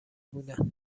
بودن